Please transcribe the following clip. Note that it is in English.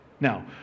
now